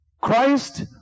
Christ